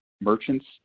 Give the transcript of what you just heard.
merchants